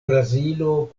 brazilo